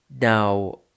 Now